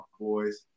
boys